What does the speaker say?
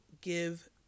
give